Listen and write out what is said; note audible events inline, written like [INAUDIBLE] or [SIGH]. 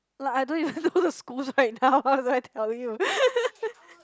like I don't even [LAUGHS] know the schools right now how do I tell you [LAUGHS]